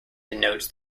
denotes